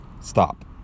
stop